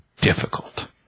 difficult